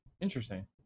Interesting